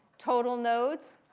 total nodes?